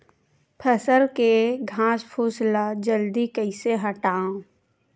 फसल के घासफुस ल जल्दी कइसे हटाव?